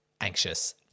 anxious